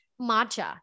matcha